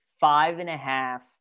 five-and-a-half